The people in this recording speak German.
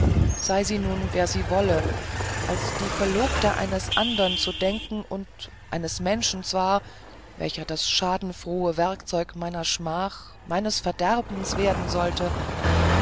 sei nun wer sie wolle als die verlobte eines andern zu denken und eines menschen zwar welcher das schadenfrohe werkzeug meiner schmach meines verderbens werden sollte